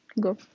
go